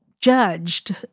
judged